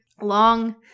long